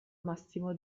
massimo